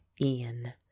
ian